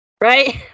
Right